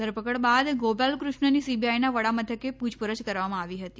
ધર કડ બાદ ગો ાલકૃષ્ણની સીબીઆઈના વડામથકે પુછ રછ કરવામાં આવી હતી